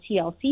TLC